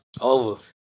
Over